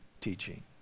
teaching